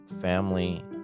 family